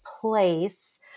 place